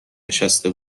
نشسته